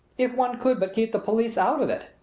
if one could but keep the police out of it!